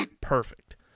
perfect